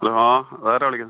hello ആരാണ് വിളിക്കുന്നത്